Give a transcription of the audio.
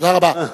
תודה רבה.